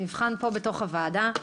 נבחן פה בתוך הוועדה.